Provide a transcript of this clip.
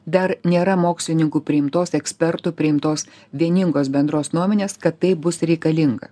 dar nėra mokslininkų priimtos ekspertų priimtos vieningos bendros nuomonės kad tai bus reikalinga